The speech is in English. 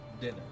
dinner